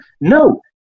No